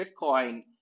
Bitcoin